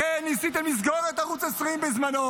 לכן ניסיתם לסגור את ערוץ 20 בזמנו,